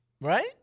Right